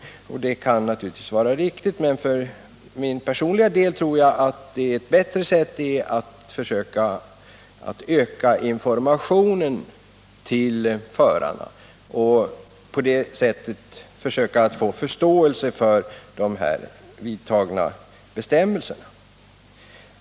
Det kan naturligtvis vara riktigt. Men jag tror för min personliga del att det vore bättre att öka informationen till förarna och på så sätt försöka skapa förståelse för gällande bestämmelser.